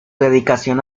dedicación